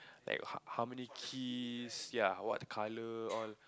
like how how many keys ya what color all